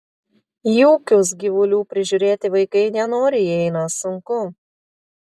į ūkius gyvulių prižiūrėti vaikai nenoriai eina sunku